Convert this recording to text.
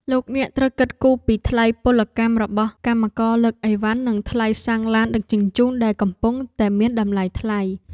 លោកអ្នកត្រូវគិតគូរពីថ្លៃពលកម្មរបស់កម្មករលើកអីវ៉ាន់និងថ្លៃសាំងឡានដឹកជញ្ជូនដែលកំពុងតែមានតម្លៃថ្លៃ។